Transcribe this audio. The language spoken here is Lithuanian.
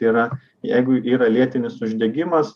tėra jeigu yra lėtinis uždegimas